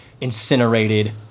incinerated